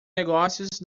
negócios